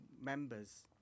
members